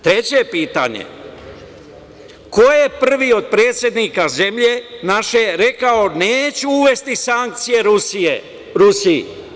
Treće pitanje – ko je prvi od predsednika zemlje naše rekao – neću uvesti sankcije Rusiji?